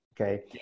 okay